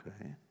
okay